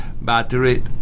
battery